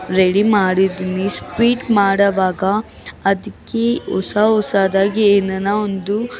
ready ಮಾಡಿದ್ದೀನಿ sweet ಮಾಡುವಾಗ ಅದಕ್ಕೆ ಹೊಸ ಹೊಸದಾಗಿ ಏನನ ಒಂದು